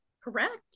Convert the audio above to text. Correct